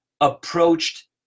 approached